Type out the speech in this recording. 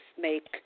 make